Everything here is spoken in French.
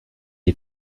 est